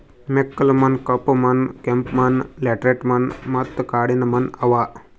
ಮೆಕ್ಕಲು ಮಣ್ಣ, ಕಪ್ಪು ಮಣ್ಣ, ಕೆಂಪು ಮಣ್ಣ, ಲ್ಯಾಟರೈಟ್ ಮಣ್ಣ ಮತ್ತ ಕಾಡಿನ ಮಣ್ಣ ಅವಾ